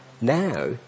Now